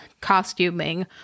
costuming